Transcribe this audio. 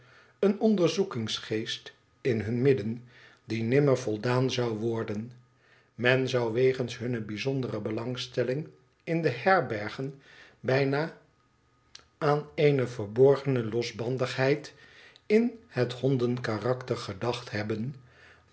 een onderzoekingsgeest in hun midden die nimmer voldaan zou worden men zou wegens hunne bijzondere belangstelling in de herbergen bijna aan eene verborgene losbandigheid in het hondenkarakter gedacht hebben